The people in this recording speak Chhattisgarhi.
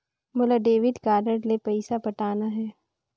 मोला डेबिट कारड ले पइसा पटाना हे?